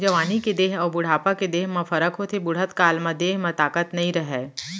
जवानी के देंह अउ बुढ़ापा के देंह म फरक होथे, बुड़हत काल म देंह म ताकत नइ रहय